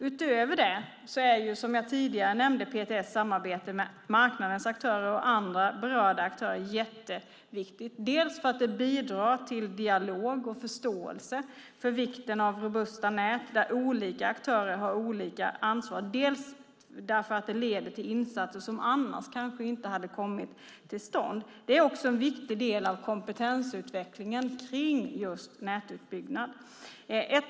Utöver det är, som jag tidigare nämnde, PTS samarbete med marknadens aktörer och andra berörda aktörer jätteviktigt, dels för att det bidrar till dialog och förståelse för vikten av robusta nät där olika aktörer har olika ansvar, dels därför att det leder till insatser som annars kanske inte hade kommit till stånd. Det är också en viktig del av kompetensutvecklingen kring just nätutbyggnad.